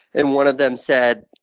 and one of them said,